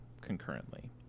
concurrently